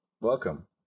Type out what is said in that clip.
Welcome